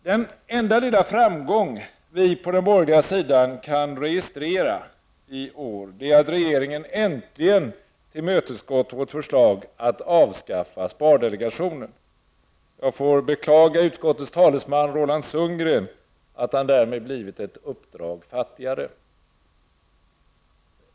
Den enda lilla framgång vi på den borgerliga sidan i år kan registrera är att regeringen äntligen tillsmötesgått vårt förslag att avskaffa spardelegationen. Jag får beklaga utskottets talesman Roland Sundgren att han därmed blivit ett uppdrag fattigare.